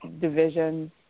divisions